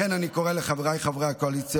לכן אני קורא לחבריי חברי הקואליציה